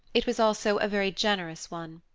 it was also a very generous one.